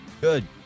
Good